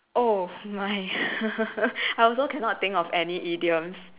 oh my I also cannot think of any idioms